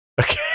Okay